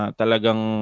talagang